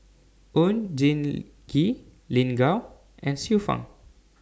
Oon Jin Gee Lin Gao and Xiu Fang